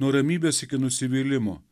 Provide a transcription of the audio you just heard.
nuo ramybės iki nusivylimo